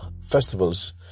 festivals